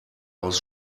aus